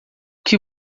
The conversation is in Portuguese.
que